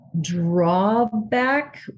drawback